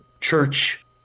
church